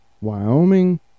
Wyoming